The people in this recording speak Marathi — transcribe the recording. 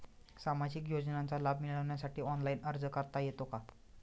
सामाजिक योजनांचा लाभ मिळवण्यासाठी ऑनलाइन अर्ज करता येतो का?